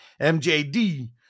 MJD